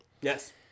Yes